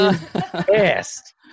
best